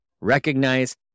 recognize